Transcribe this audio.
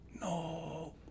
No